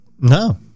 No